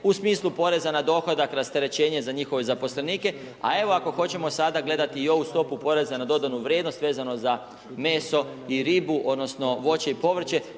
u smislu poreza na dohodak, rasterećenje za njihove zaposlenike a evo ako hoćemo sada gledati i ovu stopu poreza na dodanu vrijednost vezano za meso i ribu odnosno voće i povrće,